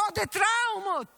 עוד טראומות